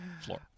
Floor